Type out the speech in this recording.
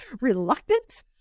Reluctant